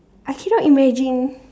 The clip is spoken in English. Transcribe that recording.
I cannot imagine